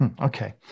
Okay